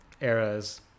eras